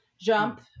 jump